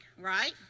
right